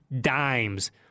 dimes